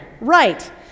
right